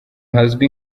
hazwi